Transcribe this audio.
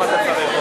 כמה אתה צריך עוד?